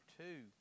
two